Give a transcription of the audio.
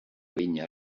vinya